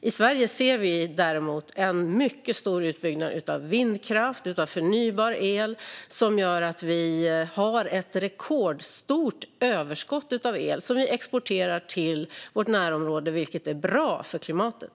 I Sverige ser vi däremot en mycket stor utbyggnad av vindkraft, förnybar el, som gör att vi har ett rekordstort överskott av el som vi exporterar till vårt närområde, vilket är bra för klimatet.